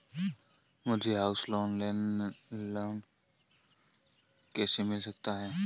मुझे house loan कैसे मिल सकता है?